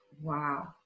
Wow